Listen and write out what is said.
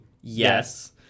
yes